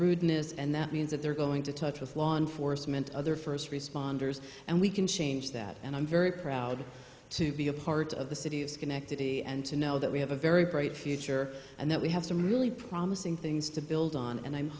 rudeness and that means that they're going to touch with law enforcement other first responders and we can change that and i'm very proud to be a part of the city of schenectady and to know that we have a very bright future and that we have to really promise things to build on and i'm